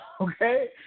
Okay